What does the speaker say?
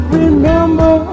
remember